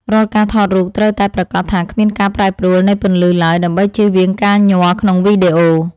រាល់ការថតរូបត្រូវតែប្រាកដថាគ្មានការប្រែប្រួលនៃពន្លឺឡើយដើម្បីជៀសវាងការញ័រក្នុងវីដេអូ។